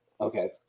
Okay